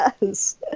Yes